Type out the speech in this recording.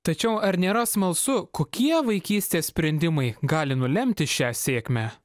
tačiau ar nėra smalsu kokie vaikystės sprendimai gali nulemti šią sėkmę